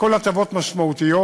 הכול הטבות משמעותיות,